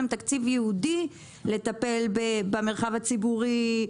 להם תקציב ייעודי לטפל במרחב הציבורי,